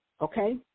okay